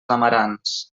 amarants